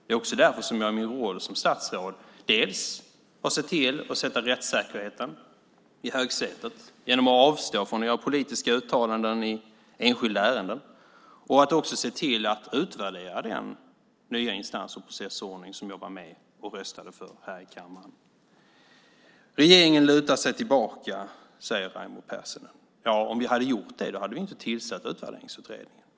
Det är också därför som jag i min roll som statsråd har sett till att sätta rättssäkerheten i högsätet genom att avstå från att göra politiska uttalanden i enskilda ärenden. Jag har också sett till att vi ska utvärdera den nya instans och processordning som jag var med och röstade för här i kammaren. Raimo Pärssinen säger att regeringen lutar sig tillbaka. Om vi hade gjort det så hade vi inte tillsatt Utvärderingsutredningen.